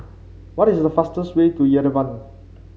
what is the fastest way to Yerevan